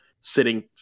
sitting